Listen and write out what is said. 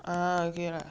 err okay lah